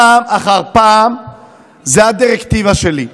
פעם אחר פעם זה הדירקטיבה שלי: